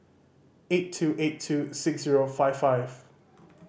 eight two eight two six zero five five